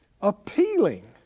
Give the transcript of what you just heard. Appealing